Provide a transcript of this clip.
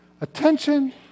Attention